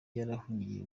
yarahungiye